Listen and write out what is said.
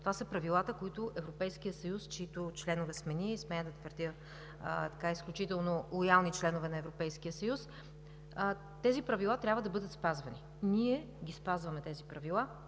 Това са правилата на Европейския съюз, чийто член сме ние, и смея да твърдя, че сме изключително лоялен член на Европейския съюз. Тези правила трябва да бъдат спазвани. Ние ги спазваме и по